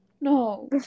No